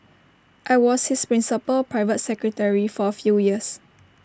I was his principal private secretary for A few years